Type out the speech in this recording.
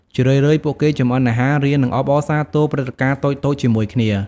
ជារឿយៗ ពួកគេចម្អិនអាហារ រៀន និងអបអរសាទរព្រឹត្តិការណ៍តូចៗជាមួយគ្នា។